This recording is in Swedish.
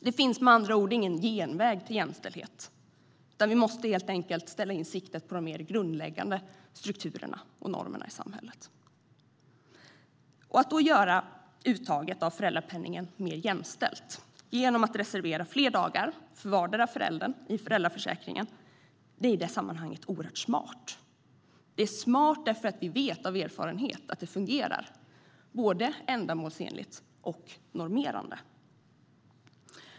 Det finns med andra ord ingen genväg till jämställdhet, utan vi måste helt enkelt ställa in siktet på de grundläggande strukturerna och normerna i samhället. Att då göra uttaget av föräldrapenningen mer jämställt genom att reservera fler dagar för vardera föräldern i föräldraförsäkringen är i det sammanhanget oerhört smart. Det är smart för att vi av erfarenhet vet att det fungerar både ändamålsenligt och normerande.